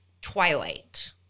Twilight